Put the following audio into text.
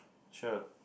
sure